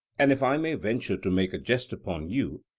and if i may venture to make a jest upon you,